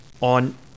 on